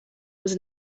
was